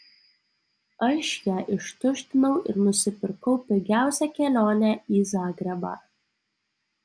aš ją ištuštinau ir nusipirkau pigiausią kelionę į zagrebą